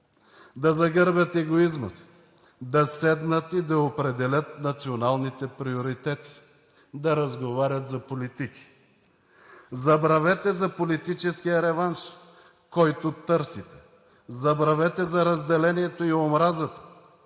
да загърбят егоизма си, да седнат и да определят националните приоритети, да разговарят за политики. Забравете за политическия реванш, който търсите! Забравете за разделението и омразата!